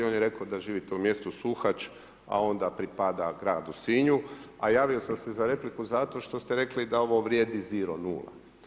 On je rekao da živite u mjestu Suhač, a on da pripada gradu Sinju, a javio sam se za repliku zato što ste rekli da ovo vrijedi zero, nula.